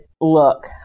look